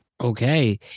Okay